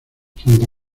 santa